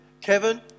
Kevin